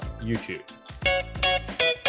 YouTube